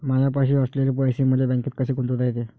मायापाशी असलेले पैसे मले बँकेत कसे गुंतोता येते?